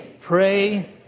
pray